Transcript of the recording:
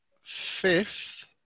fifth